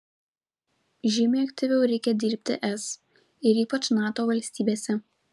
žymiai aktyviau reikia dirbti es ir ypač nato valstybėse